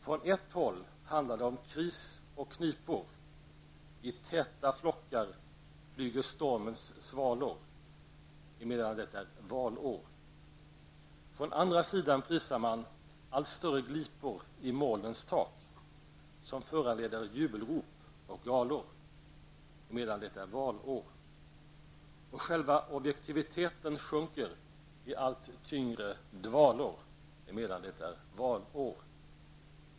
Från ett håll handlar det om kris och knipor i täta flockar flyger stormens svalor -- emedan det är valår. Från andra sidan prisar man allt större glipor i molnens tak som föranleder jubelrop och galor -- emedan det är valår. Och själva objektiviteten sjunker i allt tyngre dvalor -- emedan det är valår.